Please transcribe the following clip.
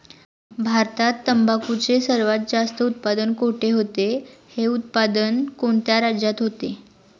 भारतात तंबाखूचे सर्वात जास्त उत्पादन कोठे होते? हे उत्पादन कोणत्या राज्यात होते?